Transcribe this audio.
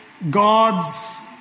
God's